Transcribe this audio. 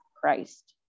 Christ